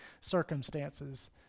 circumstances